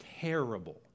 terrible